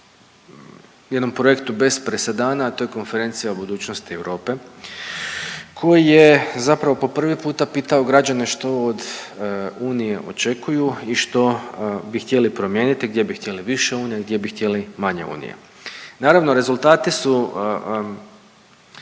jednom projektu bez presedana, a to je Konferencija o budućnosti Europe koji je zapravo po prvi puta pitao građane što od Unije očekuju i što bi htjeli promijeniti, gdje bi htjeli više Unije, gdje bi htjeli manje Unije. Naravno rezultati su